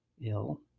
Ill